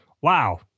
wow